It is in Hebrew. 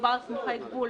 כשמדובר בסמוכי גבול,